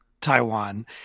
Taiwan